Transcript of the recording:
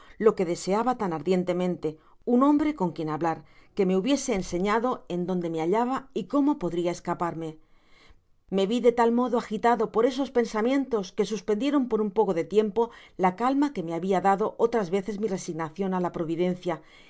lo que deseaba tan ardientemente ud hombre con quien hablar que me hubiese enseñado eo dónde me hallaba y cómo podria escaparme me vi de tal modo agitado por esos pensamientos que suspendieron por un poco de tiempo la calma que me habia dado otras veces mi resignacion á la providencia y